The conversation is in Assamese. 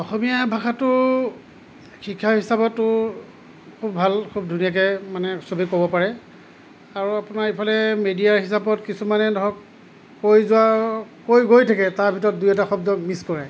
অসমীয়া ভাষাটো শিক্ষাৰ হিচাপতো খুব ভাল খুব ধুনীয়াকৈ মানে চবে ক'ব পাৰে আৰু আপোনাৰ ইফালে মিডিয়াৰ হিচাপত কিছুমানে ধৰক কৈ যোৱাৰ কৈ গৈ থাকে তাৰ ভিতৰত দুই এটা শব্দ মিছ কৰে